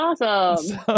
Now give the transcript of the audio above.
awesome